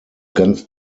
ganz